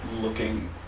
looking